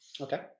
Okay